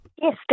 Yes